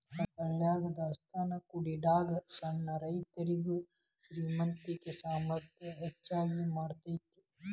ಹಳ್ಯಾಗ ದಾಸ್ತಾನಾ ಕೂಡಿಡಾಗ ಸಣ್ಣ ರೈತರುಗೆ ಶ್ರೇಮಂತಿಕೆ ಸಾಮರ್ಥ್ಯ ಹೆಚ್ಗಿ ಮಾಡತೈತಿ